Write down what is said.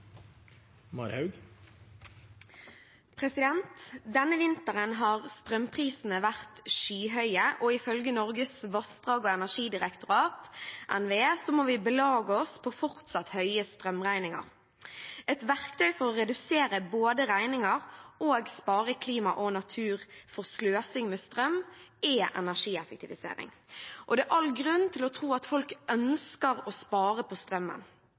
Denne vinteren har strømprisene vært skyhøye, og ifølge Norges vassdrags- og energidirektorat, NVE, må vi belage oss på fortsatt høye strømregninger. Et verktøy for både å redusere regninger og spare klima og natur for sløsing med strøm er energieffektivisering, og det er all grunn til å tro at folk ønsker å spare på strømmen.